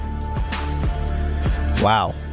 Wow